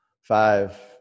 Five